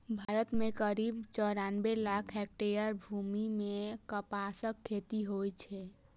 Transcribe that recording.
भारत मे करीब चौरानबे लाख हेक्टेयर भूमि मे कपासक खेती होइ छै